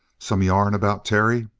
some yarn about terry?